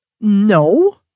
No